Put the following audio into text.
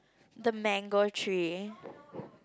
the mango tree